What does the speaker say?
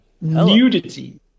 nudity